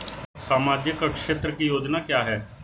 सामाजिक क्षेत्र की योजना क्या है?